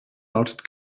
lautet